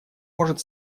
может